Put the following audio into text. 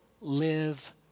live